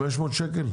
500 שקל?